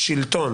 השלטון